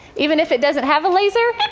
even if it doesn't have a laser?